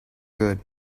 good